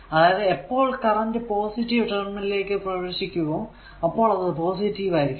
അതായതു എപ്പോൾ current positive terminal ലേക്ക് പ്രവേശിക്കുമോ അപ്പോൾ അത് പോസിറ്റീവ് ആയിരിക്കും